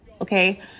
okay